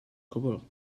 cwbl